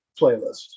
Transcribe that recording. playlist